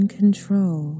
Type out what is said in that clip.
control